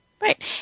Right